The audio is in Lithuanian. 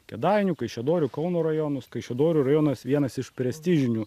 kėdainių kaišiadorių kauno rajonus kaišiadorių rajonas vienas iš prestižinių